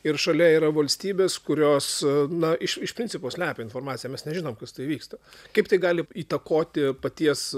ir šalia yra valstybės kurios na iš iš principo slepia informaciją mes nežinom kas tai vyksta kaip tai gali įtakoti paties